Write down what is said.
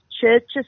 Churches